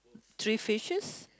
three fishes